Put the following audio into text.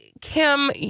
Kim